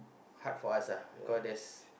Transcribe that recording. hard for us lah because there's